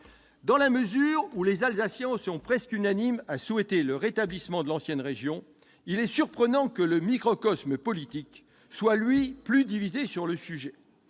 Dans la mesure où les Alsaciens sont presque unanimes à souhaiter le rétablissement de l'ancienne région, il est surprenant que le microcosme politique soit, lui, plus divisé sur le sujet.